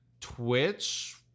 twitch